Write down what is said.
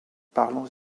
parlons